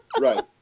Right